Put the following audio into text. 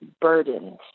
burdened